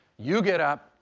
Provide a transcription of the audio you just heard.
you get up,